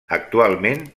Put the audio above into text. actualment